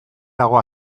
dago